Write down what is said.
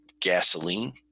gasoline